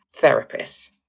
therapists